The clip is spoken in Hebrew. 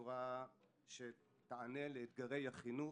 כזו שתיענה לאתגרי החינוך,